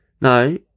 No